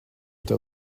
tev